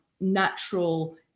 natural